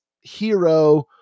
hero